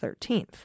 13th